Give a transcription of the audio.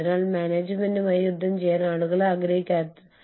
ആഗോള പരിതസ്ഥിതിയിൽ സ്ഥാപനങ്ങൾക്ക് ലഭ്യമായ ചില അവസരങ്ങൾ